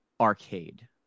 arcade